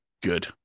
good